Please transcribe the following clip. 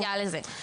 אני מגיעה לזה.